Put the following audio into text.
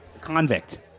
convict